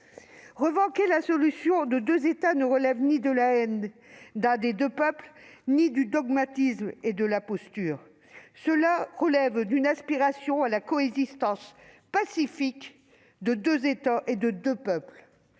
Revendiquer une solution à deux États ne relève ni de la haine envers l'un des deux peuples, ni du dogmatisme ou de la posture. Cela relève d'une aspiration à la coexistence pacifique de deux États et de deux peuples,